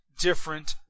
different